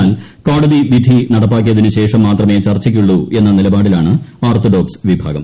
എന്നാൽ കോടതി വിധി നടപ്പാക്കിയതിനുശേഷം മാത്രമേ ചർച്ചയ്ക്കുള്ളൂ എന്ന നിലപാടിലാണ് ഓർത്തഡോക്സ് വിഭാഗം